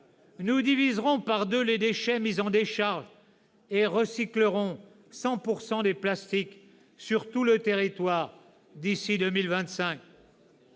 Nous diviserons par deux les déchets mis en décharge et recyclerons 100 % des plastiques sur tout le territoire d'ici à 2025.